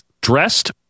dressed